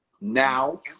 now